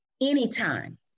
Anytime